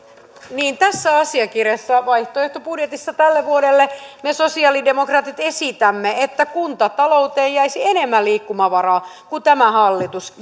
tässä asiakirjassa vaihtoehtobudjetissa tälle vuodelle me sosiaalidemokraatit esitämme että kuntatalouteen jäisi enemmän liikkumavaraa kuin hallitus